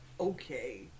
Okay